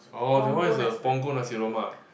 oh that one is the Punggol Nasi-Lemak